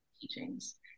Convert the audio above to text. teachings